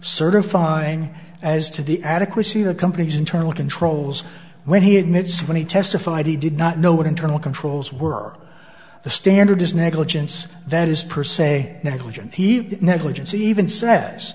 certifying as to the adequacy of the company's internal controls when he admits when he testified he did not know what internal controls were the standard is negligence that is per se negligent he did negligence even sa